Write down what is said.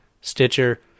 Stitcher